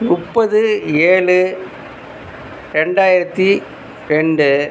முப்பது ஏழு ரெண்டாயிரத்தி ரெண்டு